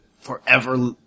forever-